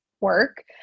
work